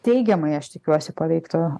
teigiamai aš tikiuosi paveiktų